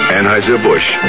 Anheuser-Busch